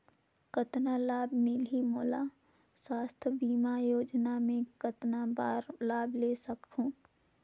कतना लाभ मिलही मोला? स्वास्थ बीमा योजना मे कतना बार लाभ ले सकहूँ?